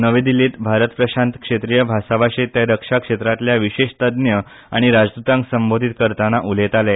नवी दिल्लीत भारत प्रशांत क्षेत्रीय भासाभाशेत ते रक्षा क्षेत्रातल्या विशेष तज्ञ आनी राजद्रतांक संबोधीत करताना उलयताले